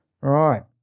right